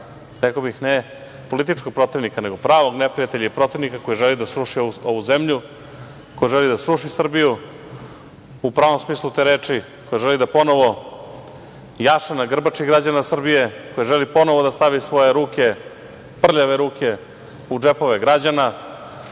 rekao bih, ne političkog protivnika, nego pravog neprijatelja i protivnika koji želi da sruši ovu zemlju, koji želi da sruši Srbiju u pravom smislu te reči, koji želi da ponovo jaše na grbači građana Srbije, koji želi ponovo da stavi svoje ruke, prljave ruke, u džepove građana,